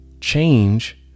change